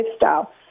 lifestyle